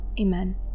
Amen